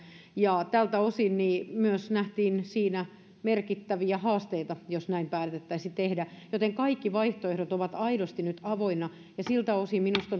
tältä osin siinä nähtiin myös merkittäviä haasteita jos näin päätettäisiin tehdä joten kaikki vaihtoehdot ovat aidosti nyt avoinna ja siltä osin minusta